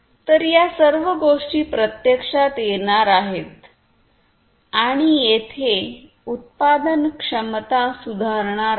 तर या सर्व गोष्टी प्रत्यक्षात येणार आहेत आणि येथे उत्पादनक्षमता सुधारणार आहे